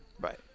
Right